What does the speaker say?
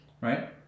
Right